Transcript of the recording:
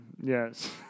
Yes